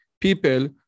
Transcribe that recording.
people